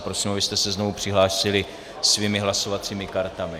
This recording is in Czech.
Prosím, abyste se znovu přihlásili svými hlasovacími kartami.